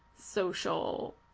social